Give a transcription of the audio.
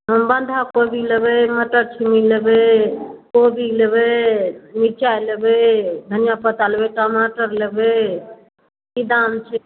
बन्धाकोबी लेबै मटर छिम्मी लेबै कोबी लेबै मिरचाइ लेबै धनिआपत्ता लेबै टमाटर लेबै कि दाम छै